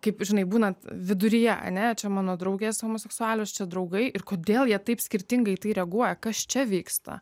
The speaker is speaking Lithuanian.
kaip žinai būnant viduryje ane čia mano draugės homoseksualios čia draugai ir kodėl jie taip skirtingai į tai reaguoja kas čia vyksta